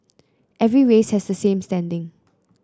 every race has the same standing